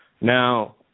Now